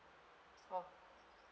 oh